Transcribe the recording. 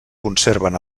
conserven